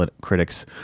critics